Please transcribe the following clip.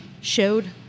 showed